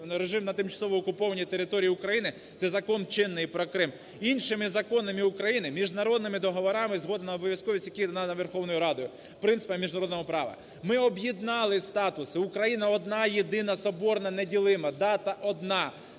режим на тимчасово окупованій території України – це закон чинний про Крим, іншими законами України, міжнародними договорами, згода на обов'язковість яких надана Верховною Радою, принципам міжнародного права. Ми об'єднали статус, і Україна одна-єдина, соборна, неділима. Дата одна,